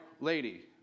lady